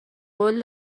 قول